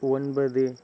ஒன்பது